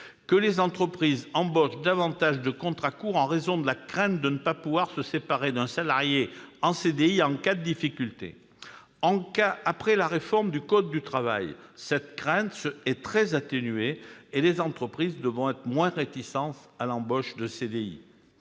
que les entreprises embauchent davantage de contrats courts en raison de la crainte de ne pas pouvoir se séparer d'un salarié en CDI en cas de difficulté. Avec la réforme du code du travail, cette crainte est très atténuée et les entreprises devront être moins réticentes à l'embauche en CDI.